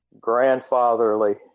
grandfatherly